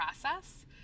process